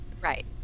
Right